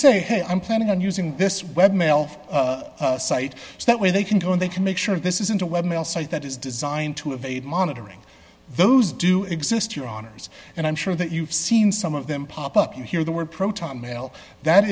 say hey i'm planning on using this webmail site so that way they can go and they can make sure this isn't a web site that is designed to evade monitoring those do exist your honour's and i'm sure that you've seen some of them pop up you hear the word proton mail that